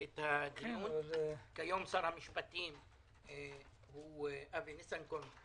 כיום שר המשפטים הוא אבי ניסנקורן,